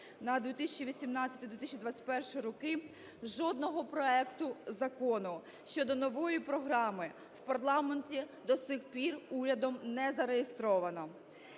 на 2018-2021 роки, жодного проекту закону щодо нової програми в парламенті до сих пір урядом не зареєстровано.